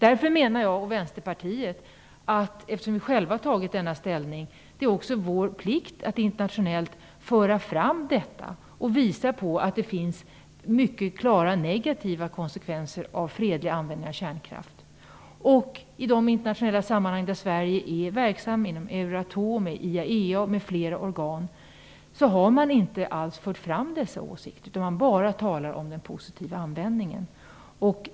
Eftersom vi själva har tagit denna ställning menar jag och Vänsterpartiet att det också är vår plikt att internationellt föra fram frågan och visa på att det finns mycket klara negativa konsekvenser av fredlig användning av kärnkraft. I de internationella sammanhang där Sverige är verksamt - inom Euratom, IAEA m.fl. organ - har man inte alls fört fram dessa åsikter. Man talar bara om den positiva användningen.